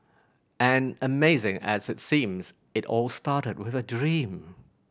and amazing as it seems it all started with a dream